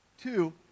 Two